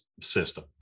system